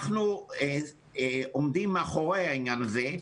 אנחנו עומדים מאחורי העניין הזה.